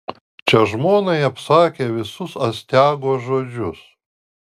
čia žmonai apsakė visus astiago žodžius